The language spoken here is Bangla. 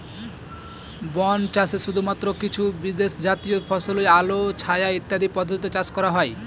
বন চাষে শুধুমাত্র কিছু বিশেষজাতীয় ফসলই আলো ছায়া ইত্যাদি পদ্ধতিতে চাষ করা হয়